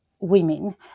Women